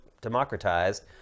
democratized